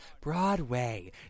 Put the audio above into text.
Broadway